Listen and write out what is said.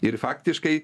ir faktiškai